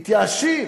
מתייאשים,